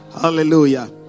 Hallelujah